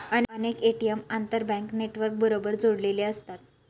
अनेक ए.टी.एम आंतरबँक नेटवर्कबरोबर जोडलेले असतात